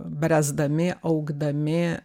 bręsdami augdami